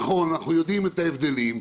נכון, אנחנו יודעים את ההבדלים,